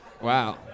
Wow